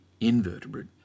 invertebrate